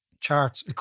charts